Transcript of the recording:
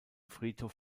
friedhof